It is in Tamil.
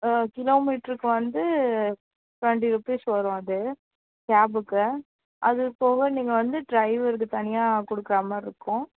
ஆ கிலோமீட்டருக்கு வந்து டுவெண்ட்டி ரூபீஸ் வரும் அது கேபுக்கு அது போக நீங்கள் வந்து டிரைவருக்கு தனியாக கொடுக்கற மாதிரி இருக்கும்